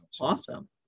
awesome